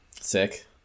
Sick